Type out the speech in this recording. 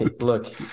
look